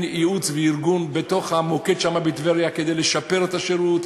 ייעוץ וארגון בתוך המוקד שם בטבריה כדי לשפר את השירות,